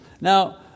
Now